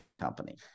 company